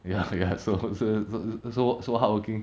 ya ya so so so so hardworking